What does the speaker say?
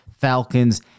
Falcons